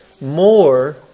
more